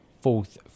fourth